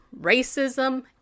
racism